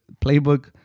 Playbook